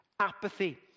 apathy